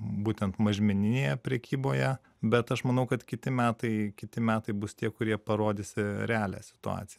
būtent mažmeninėje prekyboje bet aš manau kad kiti metai kiti metai bus tie kurie parodys realią situaciją